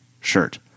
shirt